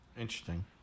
Interesting